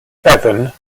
bevan